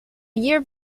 year